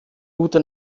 gute